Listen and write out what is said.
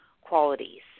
qualities